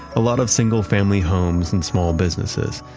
a lot of single-family homes and small businesses.